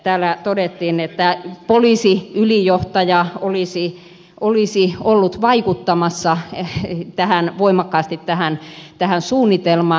täällä todettiin että poliisiylijohtaja olisi ollut vaikuttamassa voimakkaasti tähän suunnitelmaan